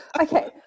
Okay